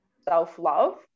self-love